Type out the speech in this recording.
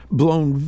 blown